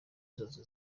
zose